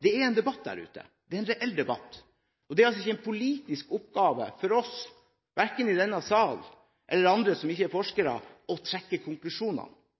Det er en debatt der ute. Det er en reell debatt. Det er altså ikke en politisk oppgave for oss, verken i denne sal eller andre som ikke er